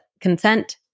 consent